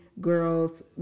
Girls